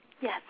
Yes